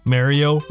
Mario